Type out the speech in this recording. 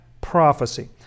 prophecy